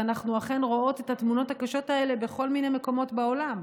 ואנחנו אכן רואות את התמונות הקשות האלה בכל מיני מקומות בעולם.